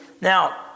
Now